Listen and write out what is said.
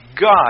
God